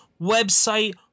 website